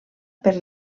per